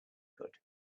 could